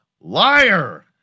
liar